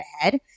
ahead